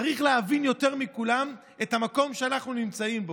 צריך להבין יותר מכולם את המקום שאנחנו נמצאים בו,